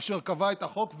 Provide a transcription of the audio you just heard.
אשר קבע את החוק,